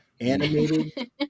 Animated